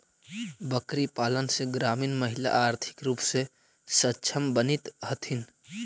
बकरीपालन से ग्रामीण महिला आर्थिक रूप से सक्षम बनित हथीन